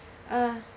uh